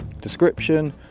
Description